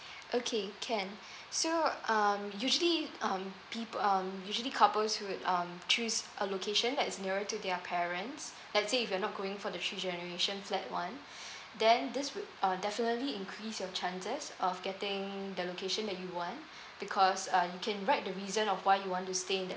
okay can so um usually um peop~ um usually couples would um choose a location that is nearer to their parents let's say if you're not going for the three generation flat one then this would uh definitely increase your chances of getting the location that you want because uh you can write the reason of why you want to stay in that